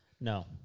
No